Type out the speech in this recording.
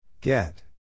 Get